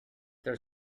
there